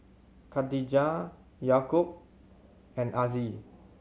Khatijah Yaakob and Aziz